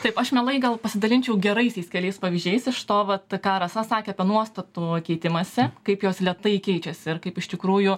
taip aš mielai gal pasidalinčiau geraisiais keliais pavyzdžiais iš to vat ką rasa sakė apie nuostatų keitimąsi kaip jos lėtai keičiasi ir kaip iš tikrųjų